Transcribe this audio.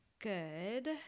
good